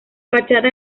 fachada